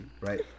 right